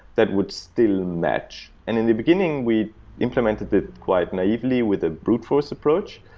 that would still match. and in the beginning, we implemented it quite naively with a brute force approach,